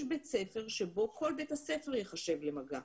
יש בית ספר שבו כול בית הספר ייחשב כמגע.